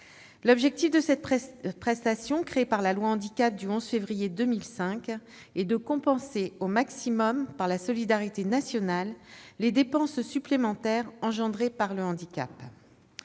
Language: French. L'objectif de cette prestation, créée par la loi Handicap du 11 février 2005, est de compenser au maximum, par la solidarité nationale, les dépenses supplémentaires engendrées par le handicap.